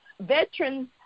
veterans